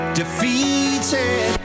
defeated